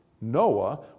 Noah